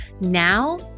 now